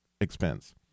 expense